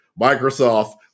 Microsoft